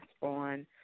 on